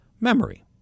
memory